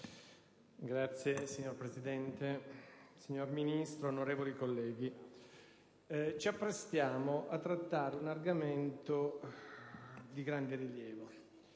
Signora Presidente, signor Ministro, onorevoli colleghi, ci apprestiamo a trattare un argomento di grande rilievo: